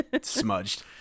Smudged